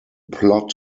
plot